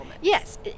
yes